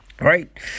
right